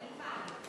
אני כאן.